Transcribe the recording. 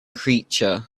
creature